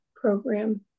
program